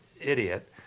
idiot